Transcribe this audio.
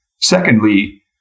Secondly